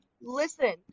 listen